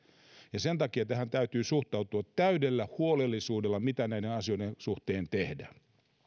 sen takia täytyy suhtautua täydellä huolellisuudella siihen mitä näiden asioiden suhteen tehdään